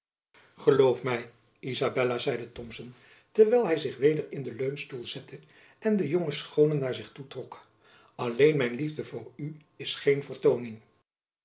geloof my izabella zeide thomson terwijl hy zich weder in den leunstoel zette en de jonge schoone naar zich toe trok alleen mijn liefde voor u is geen vertooning